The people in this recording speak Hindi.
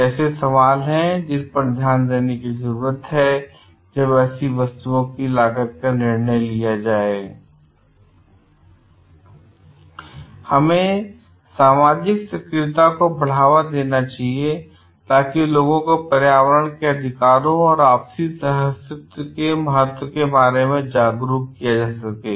ये ऐसे सवाल हैं जिन पर ध्यान देने की जरूरत है जब ऐसी वस्तुओं की लागत का निर्णय लिया जाए I हमें सामाजिक सक्रियता को बढ़ावा देना चाहिए ताकि लोगों को पर्यावरण के अधिकारों और आपसी सह अस्तित्व के महत्व के बारे में जागरूक किया जा सके